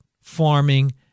farming